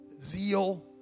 zeal